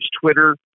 Twitter